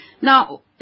Now